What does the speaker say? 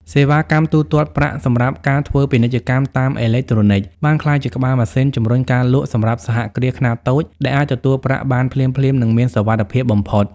សេវាកម្មទូទាត់ប្រាក់សម្រាប់ ការធ្វើពាណិជ្ជកម្មតាមអេឡិចត្រូនិក បានក្លាយជាក្បាលម៉ាស៊ីនជម្រុញការលក់សម្រាប់សហគ្រាសខ្នាតតូច ដែលអាចទទួលប្រាក់បានភ្លាមៗ និងមានសុវត្ថិភាពបំផុត។